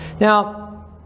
Now